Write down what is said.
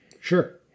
Sure